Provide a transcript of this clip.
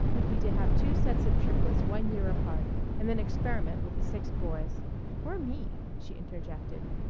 would be to have two sets of triplets one year apart and then experiment with the six boys poor me, she interjected.